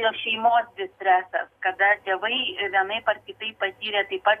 ir šeimos distretas kada tėvai vienaip ar kitaip patyrė taip pat